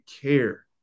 care